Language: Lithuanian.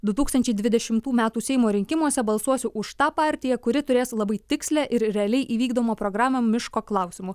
du tūkstančiai dvidešimų metų seimo rinkimuose balsuosiu už tą partiją kuri turės labai tikslią ir realiai įvykdomą programą miško klausimu